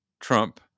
Trump